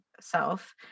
self